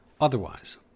Otherwise